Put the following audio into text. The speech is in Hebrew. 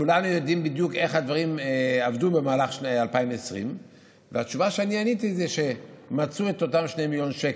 כולנו יודעים בדיוק איך הדברים עבדו במהלך 2020. התשובה שאני עניתי זה שמצאו את אותם 2 מיליון שקל,